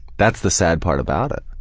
that's the sad part about it.